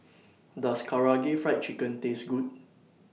Does Karaage Fried Chicken Taste Good